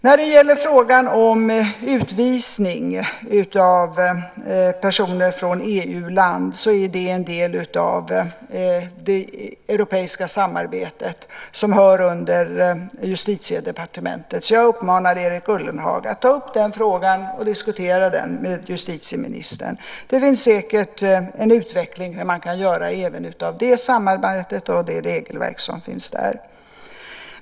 När det gäller frågan om utvisning av personer från EU-land är det en del av det europeiska samarbetet som sorterar under Justitiedepartementet. Jag uppmanar därför Erik Ullenhag att ta upp och diskutera den frågan med justitieministern. Man kan säkert utveckla även det samarbetet och det regelverk som finns där.